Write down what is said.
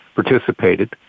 Participated